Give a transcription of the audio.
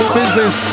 business